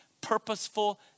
Purposeful